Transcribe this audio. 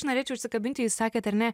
aš norėčiau užsikabinti jūs sakėt ar ne